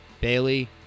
Bailey